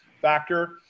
factor